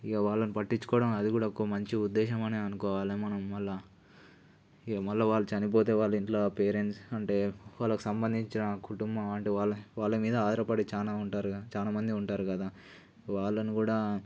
ఇక వాళ్ళని పట్టించుకోవడం అది కూడా ఒక మంచి ఉద్దేశమే అనే అనుకోవాలి మనం మళ్ళీ ఇక మళ్ళీ వాళ్ళు చనిపోతే వాళ్ళ ఇంట్లో పేరెంట్స్ అంటే వాళ్ళకి సంబంధించిన కుటుంబం అంటే వాళ్ళు వాళ్ళ మీద ఆధారపడి చాలా ఉంటారు కదా చాలా మంది ఉంటారు కదా వాళ్ళను కూడా